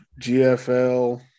GFL